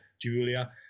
Julia